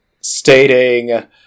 stating